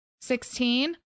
Sixteen